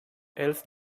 else